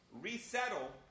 resettle